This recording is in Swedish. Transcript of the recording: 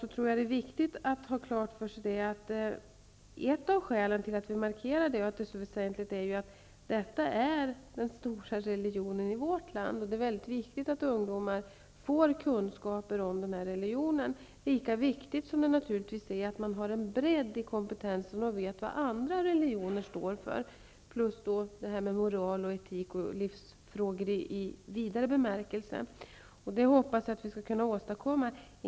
Ett av skälen till att vi markerar kristendomens betydelse och att det ämnet är så väsentligt är att detta är den stora religionen i vårt land. Det är mycket viktigt att ungdomar får kunskaper om den religionen, men naturligtvis är det lika viktigt att man har en bredd i kompetensen och att man vet vad andra religioner står för, liksom att man är insatt i moral, etik och livsfrågor i vidare bemärkelse. Jag hoppas att vi skall kunna åstadkomma detta.